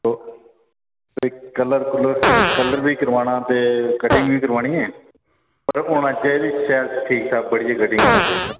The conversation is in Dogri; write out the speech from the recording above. तो इक कलर कुलर कलर बी कराना ते कटिंग बी करोआनी ऐ पर होना चाहिदी शैल ठीक ठाक बढ़िया कटिंग होनी चाहिदी